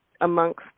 amongst